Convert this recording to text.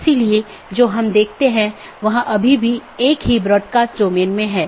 जबकि जो स्थानीय ट्रैफिक नहीं है पारगमन ट्रैफिक है